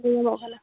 ᱧᱟᱢᱚᱜ ᱠᱟᱱᱟ